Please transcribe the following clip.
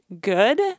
good